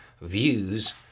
views